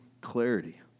clarity